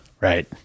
Right